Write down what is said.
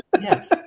Yes